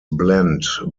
blend